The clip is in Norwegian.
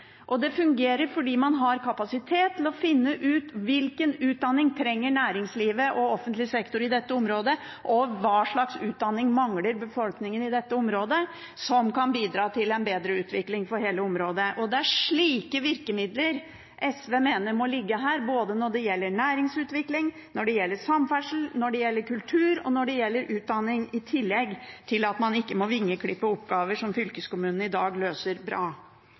Og det fungerer fordi man har kapasitet til å finne ut hvilken utdanning næringslivet og offentlig sektor trenger i dette området, og hva slags utdanning befolkningen mangler som kan bidra til en bedre utvikling for hele området. Det er slike virkemidler SV mener må ligge her, både når det gjelder næringsutvikling, når det gjelder samferdsel, når det gjelder kultur, og når det gjelder utdanning – i tillegg til at man ikke må vingeklippe oppgaver som fylkeskommunen i dag løser bra.